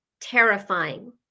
terrifying